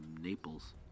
naples